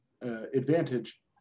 advantage